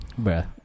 Bruh